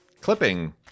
clipping